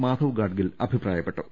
മാധവ് ഗാഡ്ഗിൽ അഭിപ്രായപ്പെട്ടു